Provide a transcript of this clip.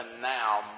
now